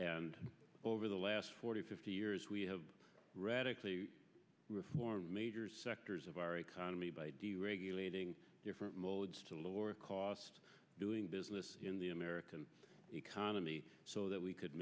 and over the last forty fifty years we have radically reformed major sectors of our economy by deregulating different modes to lower cost doing business in the american economy so that we could